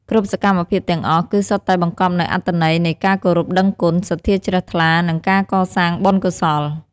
គ្រប់សកម្មភាពទាំងអស់ គឺសុទ្ធតែបង្កប់នូវអត្ថន័យនៃការគោរពដឹងគុណ សទ្ធាជ្រះថ្លា និងការកសាងបុណ្យកុសល។